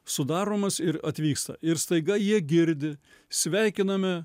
sudaromas ir atvyksta ir staiga jie girdi sveikiname